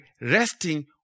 resting